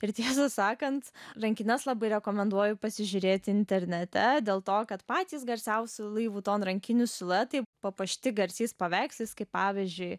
ir tiesą sakant rankenas labai rekomenduoju pasižiūrėti internete dėl to kad patys garsiausi lui vuton rankinių siluetai papuošti garsiais paveikslais kaip pavyzdžiui